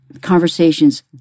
conversations